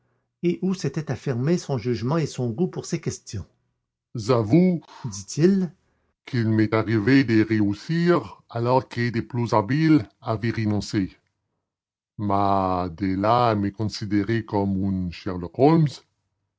où s'étaient affirmés son jugement et son goût pour ces questions j'avoue dit-il qu'il m'est arrivé de réussir alors que de plus habiles avaient renoncé mais de là à me considérer comme